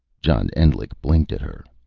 john endlich blinked at her.